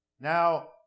Now